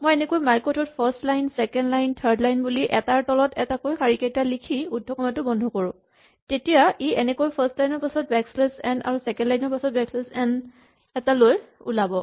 মই এনেকৈ মাইক'ট ত first line second line third line বুলি এটাৰ তলত এটাকৈ শাৰীকেইটা লিখি উদ্ধকমাটো বন্ধ কৰো তেতিয়া ই এনেকৈ ফাৰ্ষ্ট লাইন ৰ পাছত বেকশ্লেচ এন আৰু চেকেণ্ড লাইন ৰ পাছত বেকশ্লেচ এন এটা লৈ ওলাব